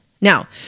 Now